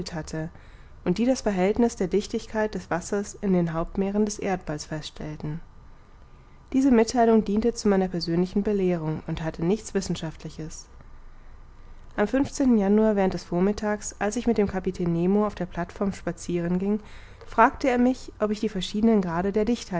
hatte und die das verhältniß der dichtheit des wassers in den hauptmeeren des erdballs feststellten diese mittheilung diente zu meiner persönlichen belehrung und hatte nichts wissenschaftliches am januar während des vormittags als ich mit dem kapitän nemo auf der plateform spazieren ging fragte er mich ob ich die verschiedenen grade der